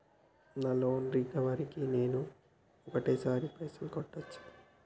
నా loan recovery కి నేను ఒకటేసరి పైసల్ కట్టొచ్చా?